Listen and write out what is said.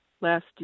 last